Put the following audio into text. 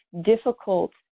difficult